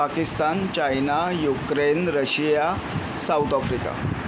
Pakistan China Ukraine Russia South Africa